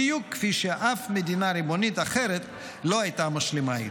בדיוק כפי שאף מדינה ריבונית אחרת לא הייתה משלימה איתו.